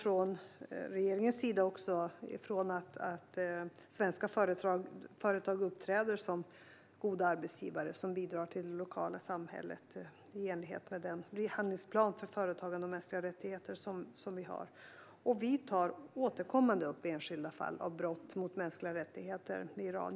Regeringen utgår från att svenska företag uppträder som goda arbetsgivare som bidrar till det lokala samhället i enlighet med den handlingsplan för företagande och mänskliga rättigheter som vi har. Genom EU och bilateralt tar vi återkommande upp enskilda fall av brott mot mänskliga rättigheter.